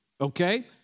okay